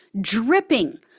dripping